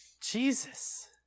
Jesus